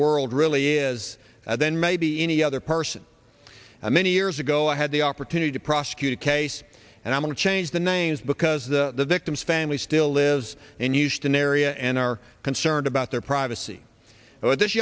world really is that than maybe any other person many years ago i had the opportunity to prosecute a case and i'm going to change the names because the victim's family still lives in houston area and are concerned about their privacy but this